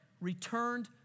returned